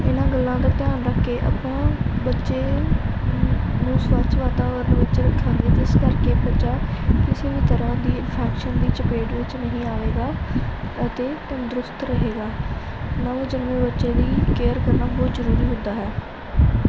ਇਹਨਾਂ ਗੱਲਾਂ ਦਾ ਧਿਆਨ ਰੱਖ ਕੇ ਆਪਾਂ ਬੱਚੇ ਨੂੰ ਨੂੰ ਸਵੱਛ ਵਾਤਾਵਰਨ ਵਿਚ ਰੱਖਾਂਗੇ ਜਿਸ ਕਰਕੇ ਬੱਚਾ ਕਿਸੇ ਵੀ ਤਰ੍ਹਾਂ ਦੀ ਇੰਨਫੈਕਸ਼ਨ ਦੀ ਚਪੇਟ ਵਿੱਚ ਨਹੀਂ ਆਵੇਗਾ ਅਤੇ ਤੰਦਰੁਸਤ ਰਹੇਗਾ ਨਵ ਜੰਮੇ ਬੱਚੇ ਦੀ ਕੇਅਰ ਕਰਨਾ ਬਹੁਤ ਜ਼ਰੂਰੀ ਹੁੰਦਾ ਹੈ